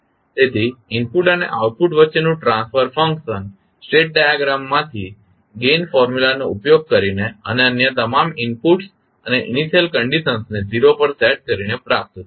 તેથી ઇનપુટ અને આઉટપુટ વચ્ચેનું ટ્રાન્સફર ફંકશન સ્ટેટ ડાયાગ્રામમાંથી ગેઇન ફોર્મ્યુલા નો ઉપયોગ કરીને અને અન્ય તમામ ઇનપુટ્સ અને ઇનિશિયલ કંડિશનને 0 પર સેટ કરીને પ્રાપ્ત થાય છે